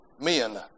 men